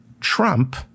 Trump